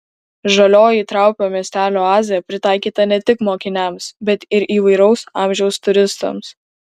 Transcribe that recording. žalioji traupio miestelio oazė pritaikyta ne tik mokiniams bet ir įvairaus amžiaus turistams